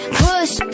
push